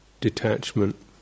detachment